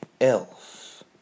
Elf